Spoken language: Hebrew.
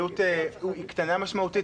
הפעילות קטן משמעותית.